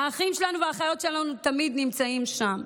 האחים שלנו והאחיות שלנו תמיד נמצאים שם.